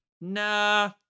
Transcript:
Nah